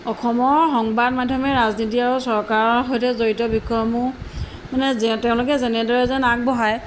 অসমৰ সংবাদ মাধ্যমে ৰাজনীতি আৰু চৰকাৰৰ সৈতে জড়িত বিষয়সমূহ মানে যে তেওঁলোকে যেনেদৰে যেন আগবঢ়ায়